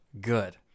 good